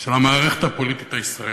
של המערכת הפוליטית הישראלית.